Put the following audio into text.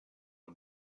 the